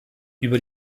über